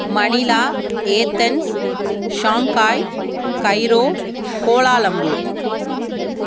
Manila Athens Shanghai Cairo Kuala Lumpur